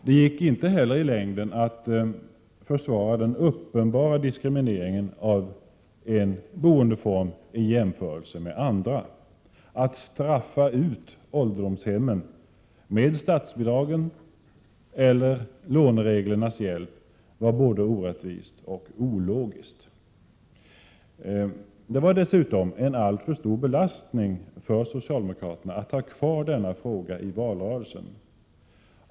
Det gick inte heller att i längden försvara den uppenbara diskrimineringen av en boendeform i jämförelse med andra. Att straffa ut ålderdomshemmen med statsbidragens eller lånereglernas hjälp var både orättvist och ologiskt. Det var dessutom en alltför stor belastning för socialdemokraterna att ha kvar denna fråga i valrörelsen.